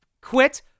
Quit